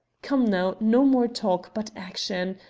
come, now, no more talk, but action.